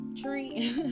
tree